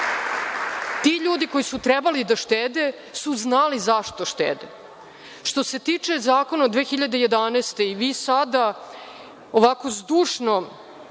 ti ljudi koji su trebali da štede su znali zašto štede. Što se tiče zakona od 2011. i vi sada ovako zdušno